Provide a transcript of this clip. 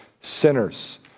sinners